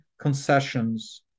concessions